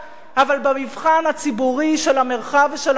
אבל במבחן הציבורי של המרחב ושל המימון